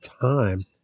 time